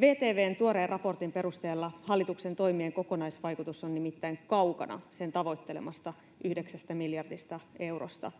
VTV:n tuoreen raportin perusteella hallituksen toimien kokonaisvaikutus on nimittäin kaukana sen tavoittelemasta yhdeksästä miljardista eurosta.